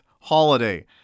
holiday